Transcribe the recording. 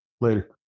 Later